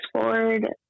forward